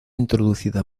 introducida